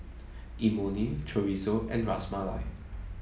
Imoni Chorizo and Ras Malai